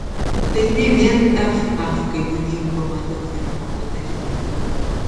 tai ne vien f kafkai būdingo mazochizmo padarinys